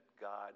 God